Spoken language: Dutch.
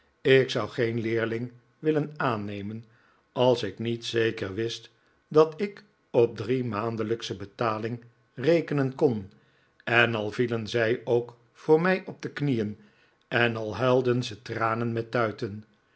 ik zou geen leerling willen aannemen als ik niet zeker wist dat ik op driemaandelijksche betaling rekenen kon al vielen zij ook voor mij op hun knieen en al huilden ze tranen met tuiten